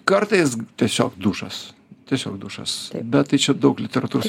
kartais tiesiog dušas tiesiog dušas bet tai čia daug literatūros